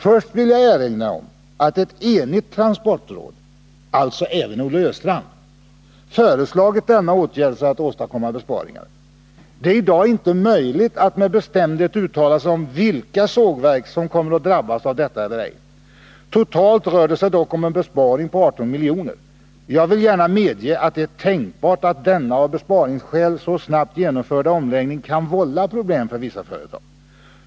Först vill jag erinra om att ett enigt transportråd — alltså även Olle Östrand — föreslagit denna åtgärd för att åstadkomma besparingar. Det är i dag inte möjligt att med bestämdhet uttala sig om vilka sågverk som kommer att drabbas av detta eller ej. Totalt rör det sig dock om en besparing på ca 18 miljoner. Jag vill gärna medge att det är tänkbart att denna av besparingsskäl så snabbt genomförda omläggning kan vålla problem för vissa företag.